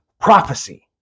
prophecy